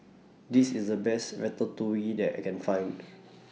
This IS The Best Ratatouille that I Can Find